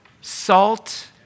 salt